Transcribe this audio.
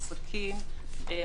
עסקים,